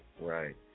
right